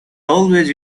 always